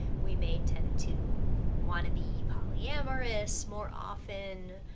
we may tend to wanna be polyamorous more often.